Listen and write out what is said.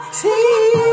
see